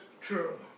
true